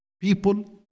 people